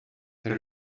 they